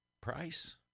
price